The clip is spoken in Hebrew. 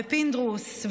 פינדרוס,